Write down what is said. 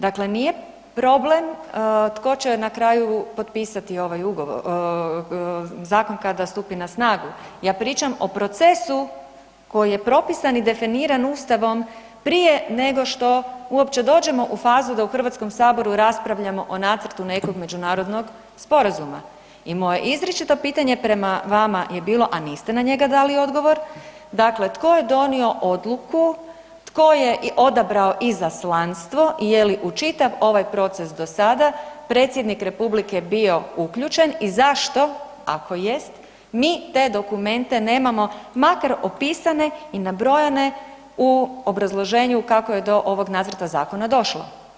Dakle nije problem tko će na kraju potpisati ovaj Zakon kada stupi na snagu, ja pričam o procesu koji je propisan i definiran Ustavom prije nego što uopće dođemo u fazu da u HS-u raspravljamo o nacrtu nekog međunarodnog sporazuma i moje izričito pitanje prema vama je bilo, a niste na njega dali odgovor, dakle tko je donio odluku, tko je i odabrao izaslanstvo i je li u čitav ovaj proces do sada predsjednik republike bio uključen i zašto, ako jest, mi te dokumente nemamo makar opisane i nabrojane u obrazloženju kako je do ovog nacrta zakona došlo.